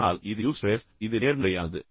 ஆனால் இது யூஸ்ட்ரெஸ் இது நேர்மறையானது